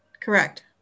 Correct